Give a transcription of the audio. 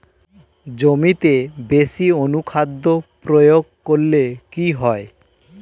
জমিতে বেশি অনুখাদ্য প্রয়োগ করলে কি হয়?